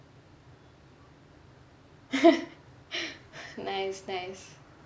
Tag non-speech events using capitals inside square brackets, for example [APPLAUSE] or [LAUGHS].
[LAUGHS] nice nice